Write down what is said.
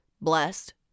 blessed